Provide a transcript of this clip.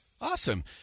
Awesome